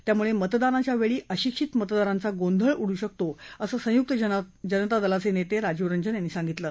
यामुळं मतदानाच्या वेळी अशिक्षित मतदारांचा गोंधळ उडू शकतो असं संयुक जनता दलाचे नेते राजीव रंजन यांनी सांगितलं